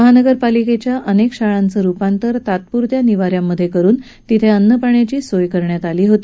महानगरपालिकेच्या अनेक शाळाचं रुपांतर तात्पूरत्या निवा यांमधे करुन तिथे अन्न पाण्याची सोय करण्यात आली होती